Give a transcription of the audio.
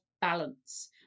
balance